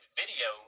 video